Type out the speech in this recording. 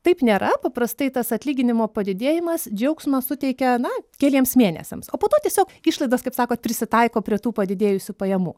taip nėra paprastai tas atlyginimo padidėjimas džiaugsmą suteikia na keliems mėnesiams o po to tiesiog išlaidos kaip sakot prisitaiko prie tų padidėjusių pajamų